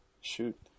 Shoot